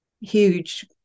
huge